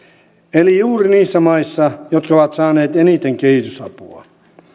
eli juuri niissä maissa jotka ovat saaneet eniten kehitysapua